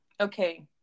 Okay